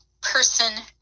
person